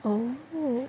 oh